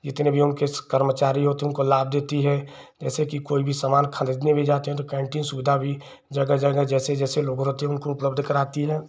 जितने भी उनके कर्मचारी होते हैं उनको लाभ देती है जैसे कि कोई भी सामान खरीदने भी जाते हैं तो कैन्टीन सुविधा भी जगह जगह जैसे जैसे लोग रहते हैं उनको उपलब्ध कराती है